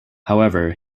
however